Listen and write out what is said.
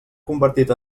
convertit